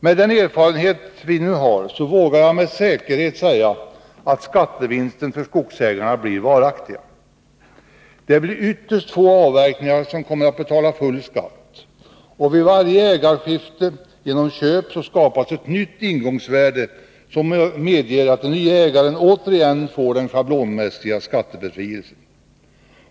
Med den erfarenhet vi nu har vågar jag med säkerhet säga att skattevinsterna för skogsägarna blir varaktiga. Det blir ytterst få avverkningar som kommer att beläggas med full skatt, och vid varje ägarskifte genom köp skapas ett nytt ingångsvärde som medger den nye ägaren att återigen få den schablonmässiga skattebefrielsen.